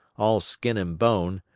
all skin and bone,